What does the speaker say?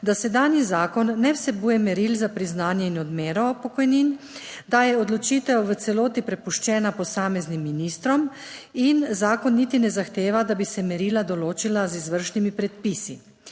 da sedanji zakon ne vsebuje meril za priznanje in odmero pokojnin, da je odločitev v celoti prepuščena posameznim ministrom in zakon niti ne zahteva, da bi se merila določila z izvršnimi predpisi.